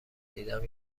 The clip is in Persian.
دیدم